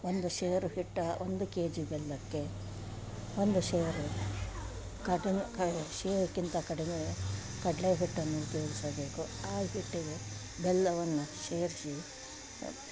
ಒಂದು ಸೇರು ಹಿಟ್ಟು ಒಂದು ಕೆಜಿ ಬೆಲ್ಲಕ್ಕೆ ಒಂದು ಸೇರು ಕಾಟನ್ ಕಾಯಿ ಸೇರುಕಿಂತ ಕಡಿಮೆ ಕಡಲೆ ಹಿಟ್ಟನ್ನು ಉಪಯೋಗಿಸಬೇಕು ಆ ಹಿಟ್ಟಿಗೆ ಬೆಲ್ಲವನ್ನು ಸೇರ್ಸಿ